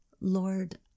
Lord